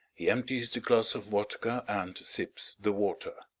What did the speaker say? he empties the glass of vodka and sips the water.